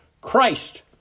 Christ